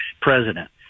president